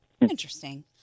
Interesting